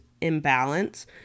imbalance